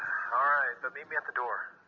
ah but meet me at the door.